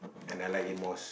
and I like it most